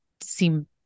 seem